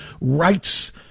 rights